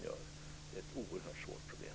Det är ett oerhört svårt problem.